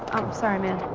sorry, man.